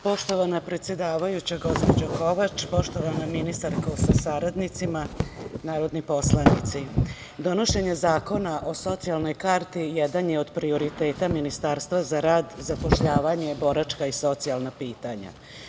Poštovana predsedavajuća, gospođo Kovač, poštovana ministarko sa saradnicima, narodni poslanici, donošenje Zakona o socijalnoj karti jedan je od prioriteta Ministarstva za rad, zapošljavanje, boračka i socijalna pitanja.